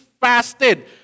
fasted